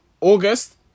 August